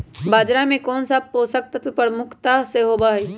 बाजरा में कौन सा पोषक तत्व प्रमुखता से होबा हई?